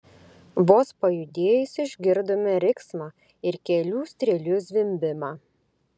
vos pajudėjus išgirdome riksmą ir kelių strėlių zvimbimą